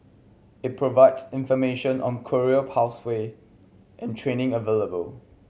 it provides information on career pathway and training available